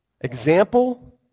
Example